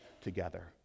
together